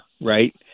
Right